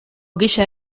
gisa